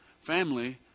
Family